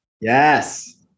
Yes